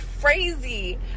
crazy